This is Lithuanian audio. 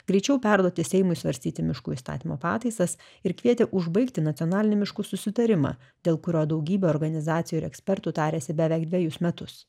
greičiau perduoti seimui svarstyti miškų įstatymo pataisas ir kvietė užbaigti nacionalinį miškų susitarimą dėl kurio daugybė organizacijų ir ekspertų tarėsi beveik dvejus metus